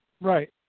Right